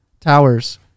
towers